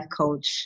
coach